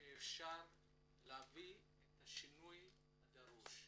שאפשר להביא את השינוי הדרוש.